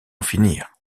finir